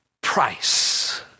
price